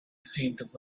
seemed